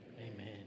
amen